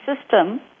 system